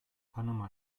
panama